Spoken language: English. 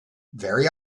very